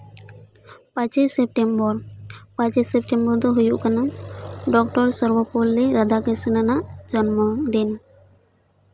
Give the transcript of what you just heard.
ᱯᱟᱸᱪᱚᱭ ᱥᱮᱯᱴᱮᱢᱵᱚᱨ ᱯᱟᱸᱪᱚᱭ ᱥᱮᱯᱴᱮᱢᱵᱚᱨ ᱫᱚ ᱦᱩᱭᱩᱜ ᱠᱟᱱᱟ ᱰᱚᱠᱴᱚᱨ ᱥᱚᱨᱵᱚᱯᱚᱞᱞᱤ ᱨᱟᱫᱷᱟᱠᱨᱤᱥᱚ ᱟᱜ ᱡᱚᱱᱢᱚ ᱫᱤᱱ